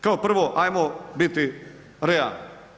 Kao prvo, ajmo biti realni.